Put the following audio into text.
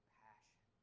passion